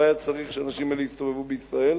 לא היה צריך שהאנשים האלה יסתובבו בישראל.